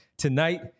Tonight